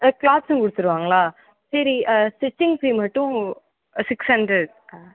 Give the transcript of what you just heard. க்ளாத்தும் கொடுத்துருவாங்களா சரி stitching fee மட்டும் சிக்ஸ் ஹண்ட்ரட் ஆ